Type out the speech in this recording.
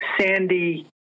sandy